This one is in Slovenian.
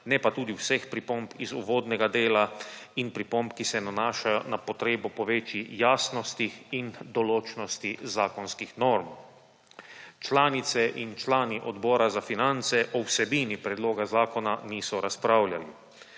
ne pa tudi vseh pripomb iz uvodnega dela in pripomb, ki se nanašajo na potrebo po večji jasnosti in določnosti zakonskih norm. Članice in člani odbora za finance o vsebini predloga zakona niso razpravljali.